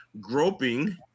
groping